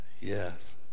Yes